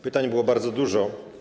Pytań było bardzo dużo.